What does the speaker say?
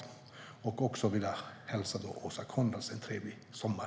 Jag vill också önska Åsa Coenraads en trevlig sommar.